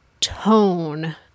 tone